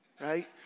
right